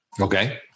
Okay